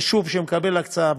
יישוב שמקבל הקצאה,